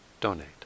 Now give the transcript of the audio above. donate